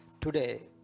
Today